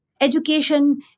education